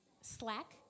Slack